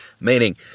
meaning